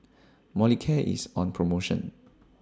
Molicare IS on promotion